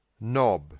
knob